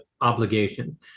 obligation